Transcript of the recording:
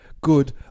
good